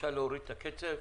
אפשר להוריד את הקצב,